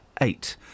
Eight